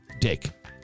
dick